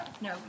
No